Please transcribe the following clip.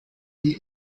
die